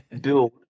build